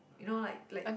you know like like